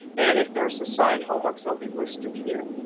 and if there's assigned homeworks, they'll be listed here.